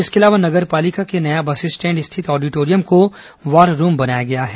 इसके अलावा नगर पालिका के नया बस स्टैण्ड स्थित ऑडिटोरियम को वार रूम बनाया गया है